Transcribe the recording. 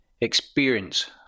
Experience